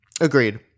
agreed